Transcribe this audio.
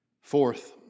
Fourth